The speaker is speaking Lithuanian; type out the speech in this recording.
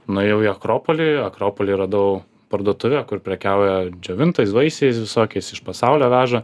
nuėjau į akropolį akropoly radau parduotuvę kur prekiauja džiovintais vaisiais visokiais iš pasaulio veža